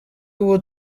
ubu